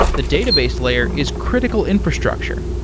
the database layer is critical infrastructure.